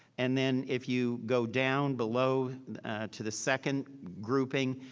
and then if you go down below to the second grouping,